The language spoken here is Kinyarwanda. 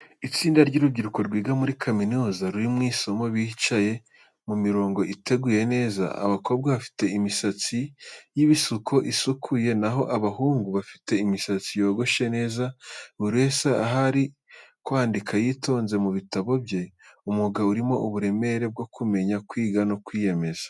Itsinda ry’urubyiruko rwiga muri kaminuza ruri mu isomo, bicaye mu mirongo iteguye neza. Abakobwa bafite imisatsi y’ibisuko isukuye, naho abahungu bafite imisatsi yogoshe neza. Buri wese ari kwandika yitonze mu bitabo bye. Umwuga urimo uburemere bwo kumenya, kwiga no kwiyemeza.